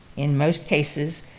in most cases,